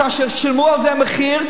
כאשר שילמו על זה מחיר,